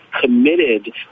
committed